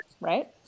right